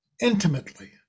intimately